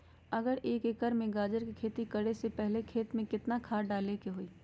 अगर एक एकर में गाजर के खेती करे से पहले खेत में केतना खाद्य डाले के होई?